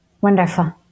Wonderful